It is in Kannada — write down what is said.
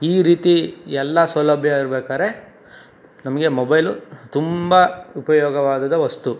ಈ ರೀತಿ ಎಲ್ಲ ಸೌಲಭ್ಯ ಇರ್ಬೇಕಾದ್ರೆ ನಮಗೆ ಮೊಬೈಲು ತುಂಬ ಉಪಯೋಗವಾದದ ವಸ್ತು